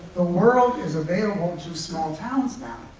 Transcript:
ah world is available to small towns now.